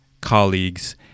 colleagues